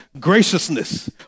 graciousness